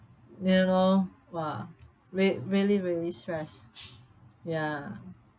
you know !wah! rea~ really really stress ya